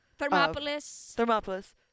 thermopolis